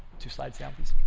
two slides down, please.